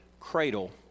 cradle